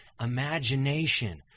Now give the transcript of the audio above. imagination